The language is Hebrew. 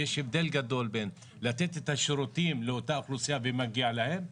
ויש הבדל גדול בין לתת את השירותים לאותה אוכלוסייה ומגיע להם,